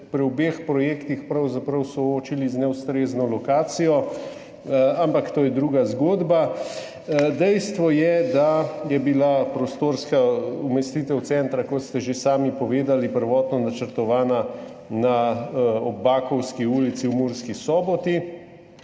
pri obeh projektih pravzaprav soočili z neustrezno lokacijo, ampak to je druga zgodba. Dejstvo je, da je bila prostorska umestitev centra, kot ste že sami povedali, prvotno načrtovana na Bakovski ulici v Murski Soboti